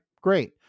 great